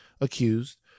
accused